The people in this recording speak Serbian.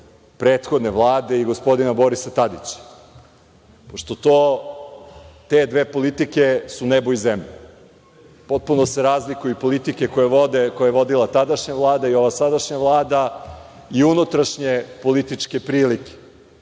prethodne Vlade i gospodina Borisa Tadića, pošto te dve politike su nebo i zemlja. Potpuno se razlikuju i politike koju je vodila tadašnja Vlada i ova sadašnja Vlada i unutrašnje prilike. Kada